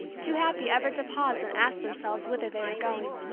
too happy ever to pause and ask themselves whither they were going.